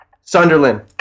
Sunderland